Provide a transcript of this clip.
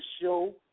show